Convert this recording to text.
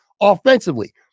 offensively